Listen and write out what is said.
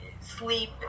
sleep